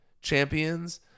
Champions